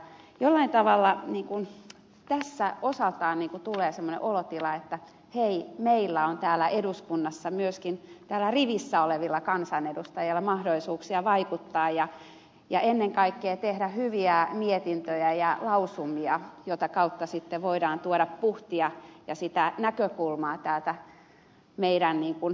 jollain tavalla tässä osaltaan tulee semmoinen olotila että hei meillä on täällä eduskunnassa myöskin täällä rivissä olevilla kansanedustajilla mahdollisuuksia vaikuttaa ja ennen kaikkea tehdä hyviä mietintöjä ja lausumia jota kautta sitten voidaan tuoda puhtia ja näkökulmaa täältä meidän syvistä edustajien riveistämme